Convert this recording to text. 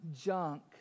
junk